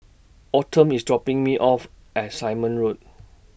Autumn IS dropping Me off At Simon Road